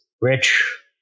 rich